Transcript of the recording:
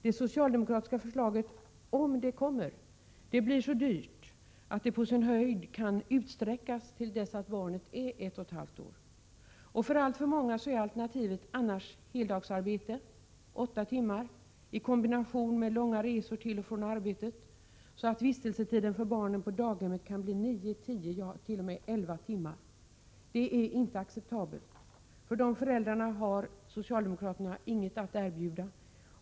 Det socialdemokratiska förslaget — om det kommer — blir så dyrt att det på sin höjd kan utsträckas till dess att barnet är ett och ett halvt år. För alltför många är alternativet annars heldagsarbete, åtta timmar, i kombination med långa resor till och från arbetet, så att vistelsetiden för barnen på daghemmet kan bli nio, tio — ja, t.o.m. elva — timmar. Det är inte acceptabelt. För de föräldrarna har socialdemokraterna inget att erbjuda.